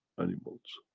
animals.